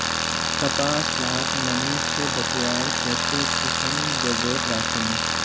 कपास लाक नमी से बचवार केते कुंसम जोगोत राखुम?